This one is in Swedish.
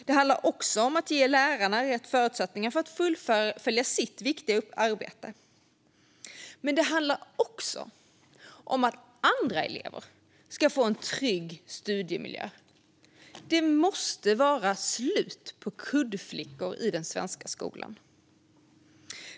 Det handlar också om att ge lärarna rätt förutsättningar för att de ska kunna fullfölja sitt viktiga arbete. Och det handlar om att andra elever ska få en trygg studiemiljö. Det måste vara slut med kuddflickor i den svenska skolan.